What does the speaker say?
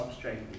substrate